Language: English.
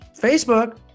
Facebook